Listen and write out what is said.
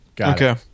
Okay